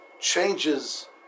changes